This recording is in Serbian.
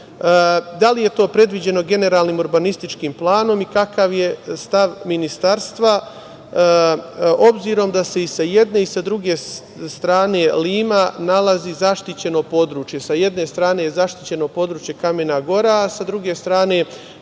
Da li je to predviđeno generalnim urbanističkim planom i kakav je stav Ministarstva, obzirom da se i sa jedne i druge strane Lima, nalazi zaštićeno područje. Sa jedne strane zaštićemo područje Kamena gora, a sa druge strane